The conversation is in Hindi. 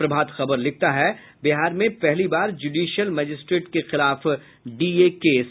प्रभात खबर लिखता है बिहार में पहली बार ज्यूडिशियल मजिस्ट्रेट के खिलाफ डीए केस